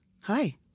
Hi